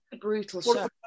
brutal